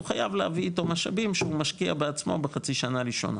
הוא חייב להביא איתו משאבים שהוא משקיע בעצמו בחצי השנה הראשונה.